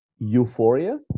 euphoria